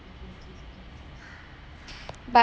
but